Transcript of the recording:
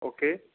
okay